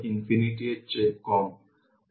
সুইচটি t 0 এ বন্ধ হয়ে গেছে